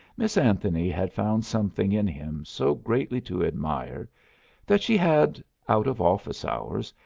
miss anthony had found something in him so greatly to admire that she had, out of office hours,